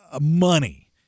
money